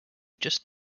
just